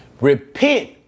Repent